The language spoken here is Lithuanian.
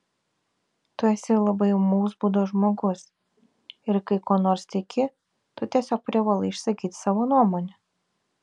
tu esi labai ūmaus būdo žmogus ir kai kuo nors tiki tu tiesiog privalai išsakyti savo nuomonę